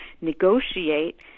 negotiate